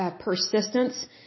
persistence